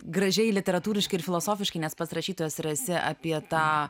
gražiai literatūriškai ir filosofiškai nes pats rašytojas ir esi apie tą